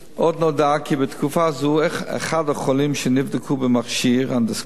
עוד נודע כי בתקופה זו אחד החולים שנבדקו במכשיר האנדוסקופ